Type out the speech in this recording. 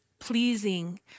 pleasing